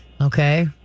Okay